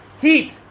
heat